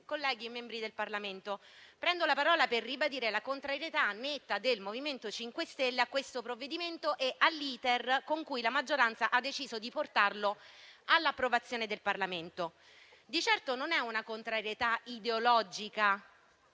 colleghi membri del Parlamento, prendo la parola per ribadire la contrarietà netta del MoVimento 5 Stelle a questo provvedimento e all'*iter* con cui la maggioranza ha deciso di portarlo all'approvazione del Parlamento. Di certo non è una contrarietà ideologica,